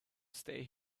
stay